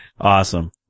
Awesome